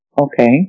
Okay